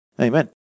Amen